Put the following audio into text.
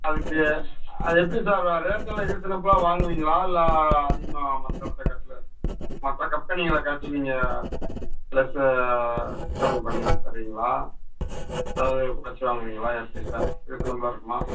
அதுக்கு அது எப்படி சார் ரேட்டெல்லாம் ரீஸனபுளாக வாங்குவீங்களா இல்லை அதிகமாக மற்ற இடத்த காட்டிலும் மற்ற கம்பெனிகளை காட்டிலும் நீங்கள் ப்ளஸ்ஸு டிஸ்கவுண்ட் பண்ணியாந்துத்தருவீங்களா ஏதாவது குறைச்சு வாங்குவீங்களா எக்ஸ்சஸ்ஸாக ரீசனபுளாக இருக்குமா